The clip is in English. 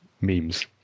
Memes